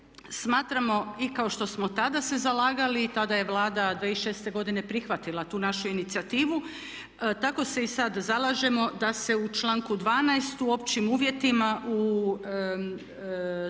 smatramo i kao što smo tada se zalagali i tada je Vlada 2006. godine prihvatila tu našu inicijativu, tako se i sad zalažemo da se u članku 12. u općim uvjetima u točki